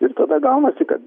ir tada gaunasi kad